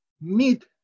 meet